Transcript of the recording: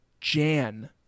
Jan